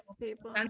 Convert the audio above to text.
people